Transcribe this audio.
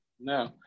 No